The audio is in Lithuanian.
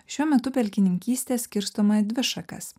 šiuo metu pelkininkystė skirstoma į dvi šakas